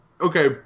okay